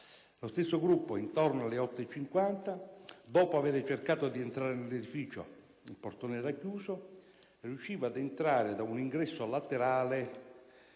Lo stesso gruppo, intorno alle ore 8,50, dopo aver cercato di entrare nell'edificio (il portone era chiuso) riusciva ad entrare da un ingresso laterale